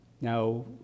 Now